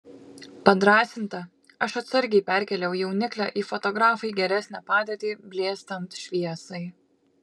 padrąsinta aš atsargiai perkėliau jauniklę į fotografui geresnę padėtį blėstant šviesai